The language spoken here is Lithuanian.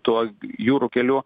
tuo jūrų keliu